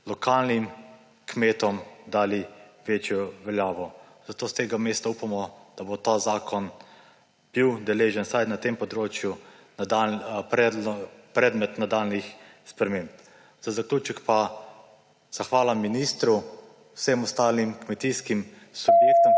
lokalnim kmetom dali večjo veljavo. Zato s tega mesta upamo, da bo ta zakon deležen vsaj na tem področju nadaljnjih sprememb. Za zaključek pa zahvala ministru, vsem ostalim kmetijskim subjektom,